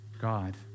God